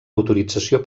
autorització